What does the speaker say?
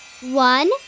One